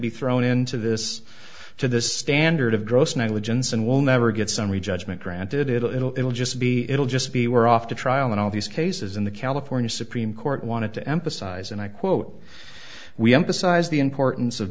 be thrown into this to the standard of gross negligence and we'll never get summary judgment granted it'll it'll it'll just be it'll just be we're off to trial and all these cases in the california supreme court wanted to emphasize and i quote we emphasize the importance of